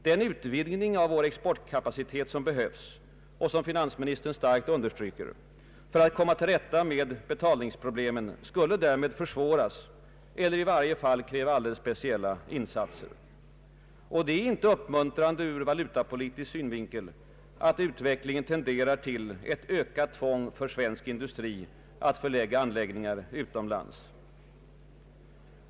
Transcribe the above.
Den utvidgning av vår exportkapacitet som behövs — vilket finansministern starkt understryker — för att komma till rätta med betalningsproblemen skulle därmed försvåras eller i varje fall kräva alldeles speciella insatser. Det är inte uppmuntrande ur valutapolitisk synvinkel att utvecklingen tenderar till ett ökat tvång för svensk industri att förlägga anläggningar utomlands.